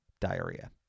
Diarrhea